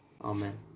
Amen